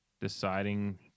deciding